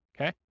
okay